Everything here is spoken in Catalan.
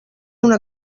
una